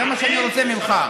זה מה שאני רוצה ממך.